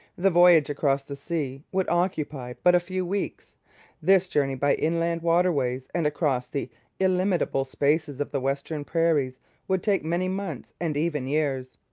the voyage across the sea would occupy but a few weeks this journey by inland waterways and across the illimitable spaces of the western prairies would take many months and even years.